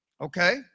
Okay